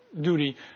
duty